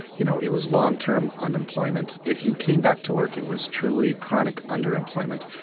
you know, it was long-term unemployment. if you came back to work, it was truly chronic underemployment,